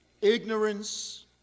Ignorance